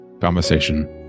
conversation